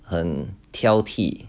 很挑剔